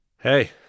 Hey